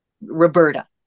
Roberta